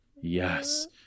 Yes